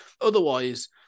Otherwise